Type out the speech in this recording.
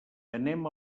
anem